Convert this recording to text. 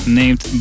named